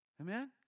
Amen